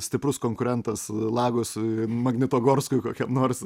stiprus konkurentas lagosui magnitogorskui kokiam nors